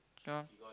yeah